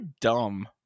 dumb